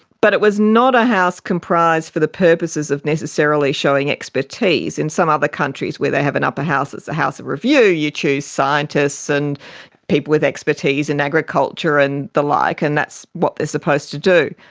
but it was not a house comprised for the purposes of necessarily showing expertise. in some other countries where they have an upper house, it's a house of review, you choose scientists and people with expertise in agriculture and the like and that's what they are supposed to do.